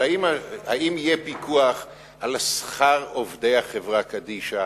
אבל האם יהיה פיקוח על שכר עובדי החברה קדישא